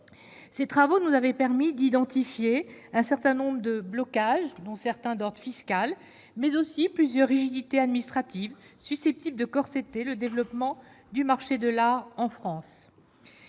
ces travaux nous avait permis d'identifier un certain nombre de blocage dont certains d'ordre fiscal, mais aussi plusieurs rigidités administratives susceptibles de Corse était le développement du marché de la en France,